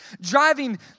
driving